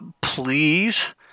please